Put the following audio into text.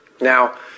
Now